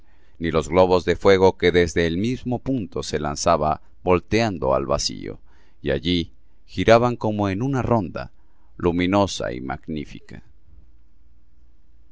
ni los globos de fuego que desde el mismo punto se lanzaban volteando al vacío y allí giraban como en una ronda luminosa y magnífica